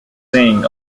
saying